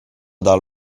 dal